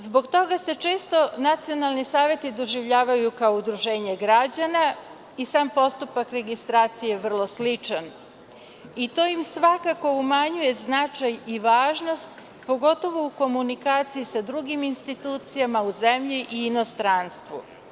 Zbog toga se često nacionalni saveti doživljavaju kao udruženje građana, a i sam postupak registracije je vrlo sličan, i to im svakako umanjuje značaj i važnost, pogotovo u komunikaciji sa drugim institucijama u zemlji i inostranstvu.